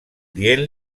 dient